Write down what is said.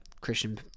Christian